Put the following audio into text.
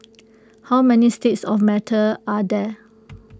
how many states of matter are there